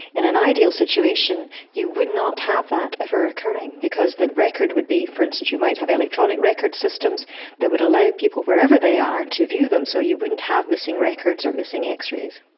in an ideal situation you would not have that ever occurring because the record would be, for instance you might have electronic records systems that would allow people wherever they are to view them, so you wouldn't have missing records or missing x-rays.